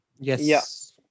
yes